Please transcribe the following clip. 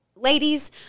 Ladies